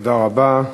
תודה רבה,